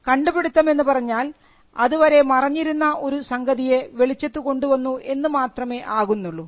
കണ്ടുപിടിത്തം എന്നുപറഞ്ഞാൽ അതുവരെ മറഞ്ഞിരുന്ന ഒരു സംഗതിയെ വെളിച്ചത്തു കൊണ്ടുവന്നു എന്ന് മാത്രമേ ആകുന്നുള്ളൂ